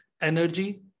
energy